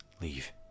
Leave